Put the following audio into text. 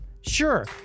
Sure